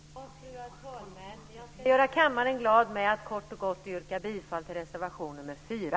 Fru talman! Jag ska göra kammaren glad med att kort och gott yrka bifall till reservation nr 4.